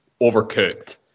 overcooked